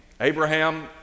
Abraham